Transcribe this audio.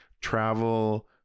travel